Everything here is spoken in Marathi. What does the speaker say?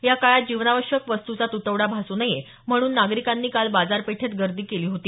या काळात जीवनावशक वस्तूचा तुटवडा भासू नये म्हणून नागरीकांनी काल बाजारपेठेत गर्दी केली होती